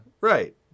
Right